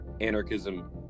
anarchism